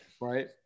Right